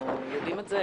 אנחנו יודעים את זה,